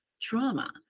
trauma